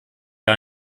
gar